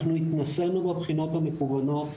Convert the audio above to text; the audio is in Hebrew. אנחנו התנסינו בבחינות המקוונות,